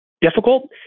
difficult